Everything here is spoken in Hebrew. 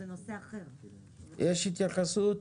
יש התייחסות